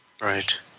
Right